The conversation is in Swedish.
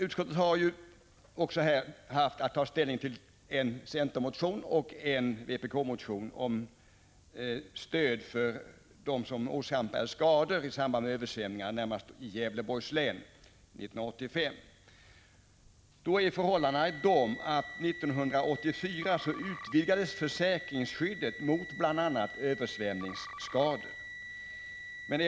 Utskottet har också haft att ta ställning till en centermotion och en vpk-motion om stöd för dem som åsamkades skador i samband med översvämningarna 1985, huvudsakligen i Gävleborgs län. Förhållandena är de att försäkringsskyddet mot bl.a. översvämningsskador utvidgades 1984.